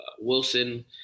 wilson